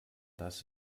das